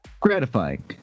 gratifying